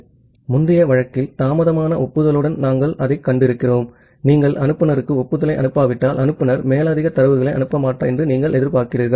ஆகவே முந்தைய வழக்கில் தாமதமான ஒப்புதலுடன் நாம் அதைக் கண்டிருக்கிறோம் நீங்கள் அனுப்புநருக்கு ஒப்புதலை அனுப்பாவிட்டால் அனுப்புநர் மேலதிக தரவுகளை அனுப்ப மாட்டார் என்று நீங்கள் எதிர்பார்க்கிறீர்கள்